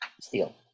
steal